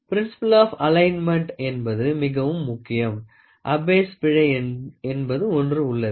principle of alignment என்பது மிகவும் முக்கியம் அப்பே ஸ்Abbe's பிழை என்பது ஒன்று உள்ளது